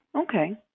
Okay